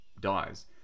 dies